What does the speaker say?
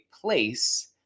place